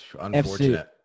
unfortunate